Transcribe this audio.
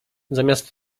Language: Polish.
zamiast